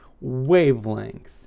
Wavelength